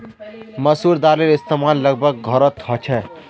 मसूर दालेर इस्तेमाल लगभग सब घोरोत होछे